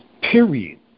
period